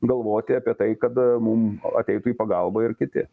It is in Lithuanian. galvoti apie tai kad mum ateitų į pagalbą ir kiti